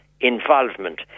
involvement